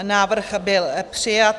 Návrh byl přijat.